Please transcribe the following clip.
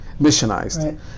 missionized